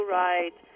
right